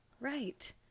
right